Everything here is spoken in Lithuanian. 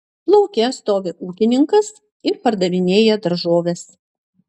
lauke stovi ūkininkas ir pardavinėja daržoves